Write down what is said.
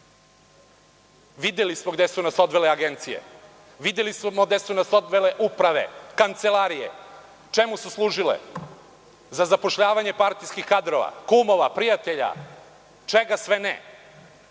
države. Videli smo gde su nas odvele agencije. Videli smo gde su nas odvele uprave, kancelarije. Čemu su služile? Za zapošljavanje partijskih kadrova, kumova, prijatelja, čega sve ne,